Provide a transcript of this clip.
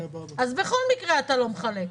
אז בכל מקרה אתה לא מחלק,